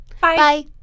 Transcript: Bye